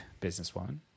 businesswoman